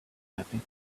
mapping